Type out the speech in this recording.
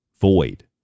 void